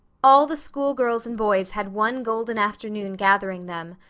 all the school girls and boys had one golden afternoon gathering them,